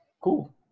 cool